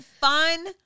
fun